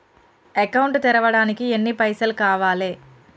Account తెరవడానికి ఎన్ని పైసల్ కావాలే?